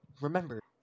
remember